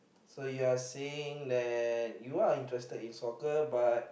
so you are saying that you are interested in soccer but